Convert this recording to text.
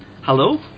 hello